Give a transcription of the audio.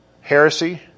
heresy